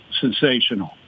sensational